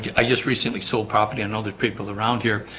yeah i just recently sold property and other people around here.